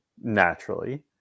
naturally